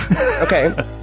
Okay